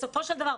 בסופו של דבר,